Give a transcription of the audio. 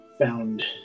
found